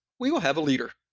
we will have a leader.